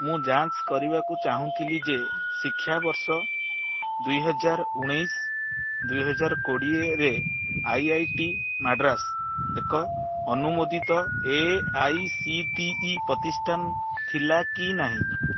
ମୁଁ ଯାଞ୍ଚ କରିବାକୁ ଚାହୁଁଥିଲି ଯେ ଶିକ୍ଷାବର୍ଷ ଦୁଇହଜାର ଉଣେଇଶ ଦୁଇହଜାର କୋଡ଼ିଏରେ ଆଇ ଆଇ ଟି ମାଡ୍ରାସ ଏକ ଅନୁମୋଦିତ AICTE ପ୍ରତିଷ୍ଠାନ ଥିଲା କି ନାହିଁ